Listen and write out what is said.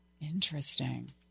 Interesting